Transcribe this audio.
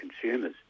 consumers